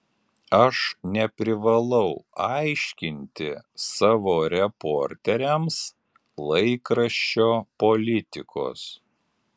aš neprivalau aiškinti savo reporteriams laikraščio politikos